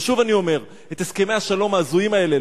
ושוב אני אומר: הסכמי השלום ההזויים האלה,